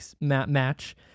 match